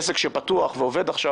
לעסק שפתוח ועובד עכשיו,